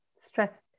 stress